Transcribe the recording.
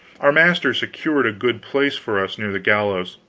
our master secured a good place for us near the gallows.